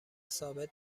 ثابت